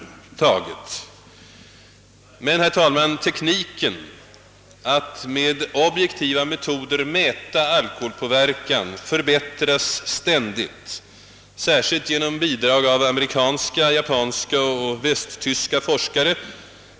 Men, herr talman, tekniken att med objektiva metoder mäta alkoholpåverkan förbättras ständigt, särskilt genom bidrag från amerikanska, japanska och västtyska forskare.